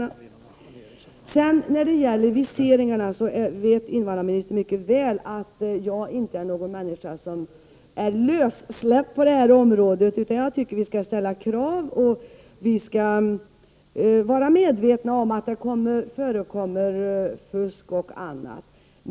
När det sedan gäller viseringarna vet invandrarministern mycket väl att jag inte är en människa som ser lättfärdigt på den här frågan. Jag anser att vi skall ställa krav och vara medvetna om att det förekommer fusk och annat.